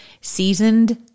seasoned